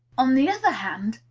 on the other hand,